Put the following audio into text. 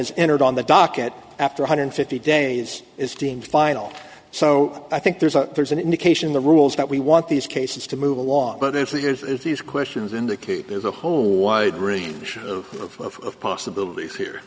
is entered on the docket after a hundred fifty days is deemed final so i think there's a there's an indication the rules that we want these cases to move along but if there's if these questions indicate there's a whole wide range of possibilities here